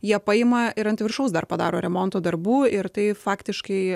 jie paima ir ant viršaus dar padaro remonto darbų ir tai faktiškai